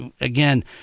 again